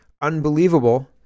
Unbelievable